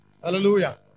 Hallelujah